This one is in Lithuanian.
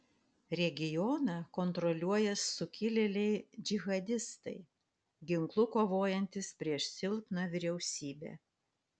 regioną kontroliuoja sukilėliai džihadistai ginklu kovojantys prieš silpną vyriausybę